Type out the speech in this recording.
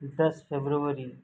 دس فبروری